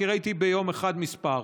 כי ראיתי ביום אחד מספר.